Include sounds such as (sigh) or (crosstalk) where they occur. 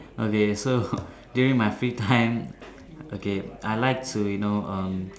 okay so (noise) during my free time okay I like to you know um